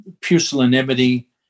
pusillanimity